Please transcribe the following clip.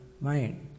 mind